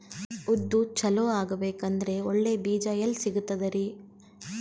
ಉದ್ದು ಚಲೋ ಆಗಬೇಕಂದ್ರೆ ಒಳ್ಳೆ ಬೀಜ ಎಲ್ ಸಿಗತದರೀ?